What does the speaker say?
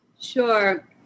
Sure